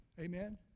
Amen